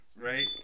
right